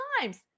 times